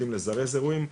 יודעים לזרז אירועים.